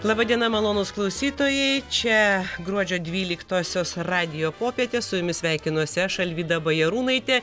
laba diena malonūs klausytojai čia gruodžio dvyliktosios radijo popietė su jumis sveikinuosi aš alvyda bajarūnaitė